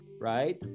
right